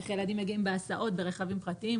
איך ילדים מגיעים בהסעות ברכבים פרטיים,